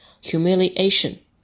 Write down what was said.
humiliation